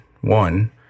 One